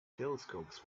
telescopes